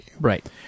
Right